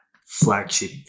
flagship